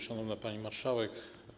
Szanowna Pani Marszałek!